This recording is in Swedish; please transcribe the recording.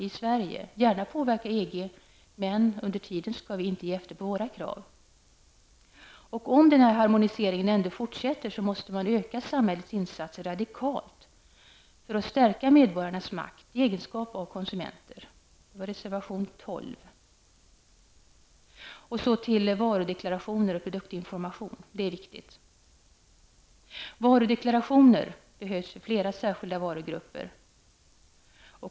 Vi kan gärna påverka EG, men under tiden skall vi inte ge efter på våra krav. Om denna harmonisering ändå fortsätter, måste man öka samhällets insatser radikalt för att stärka medborgarnas makt i egenskap av konsumenter. Detta tar vi upp i reservation 12. Jag vill därefter ta upp frågor som rör varudeklarationer och produktinformation, som är mycket viktiga. Varudeklarationer behövs för flera särskilda varugrupper.